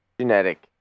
Genetic